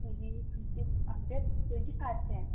ꯍꯌꯦꯡ ꯍꯪꯆꯤꯠ date twenty ꯐꯥꯏꯕꯁꯦ